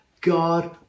God